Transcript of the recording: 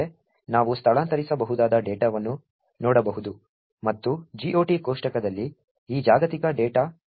ಮುಂದೆ ನಾವು ಸ್ಥಳಾಂತರಿಸಬಹುದಾದ ಡೇಟಾವನ್ನು ನೋಡಬಹುದು ಮತ್ತು GOT ಕೋಷ್ಟಕದಲ್ಲಿ ಈ ಜಾಗತಿಕ ಡೇಟಾ myglob ನ ಆಫ್ಸೆಟ್ ಅನ್ನು ನೋಡಬಹುದು